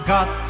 Got